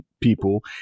people